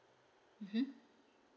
mmhmm